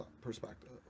perspective